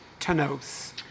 Tanos